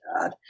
God